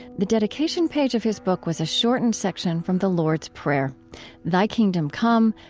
the dedication page of his book was a shortened section from the lord's prayer thy kingdom come!